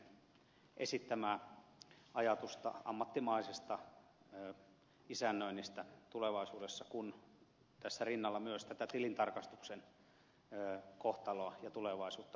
mäkisen esittämää ajatusta ammattimaisesta isännöinnistä tulevaisuudessa kun tässä rinnalla myös tätä tilintarkastuksen kohtaloa ja tulevaisuutta pohditaan